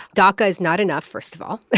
daca is not enough, first of all.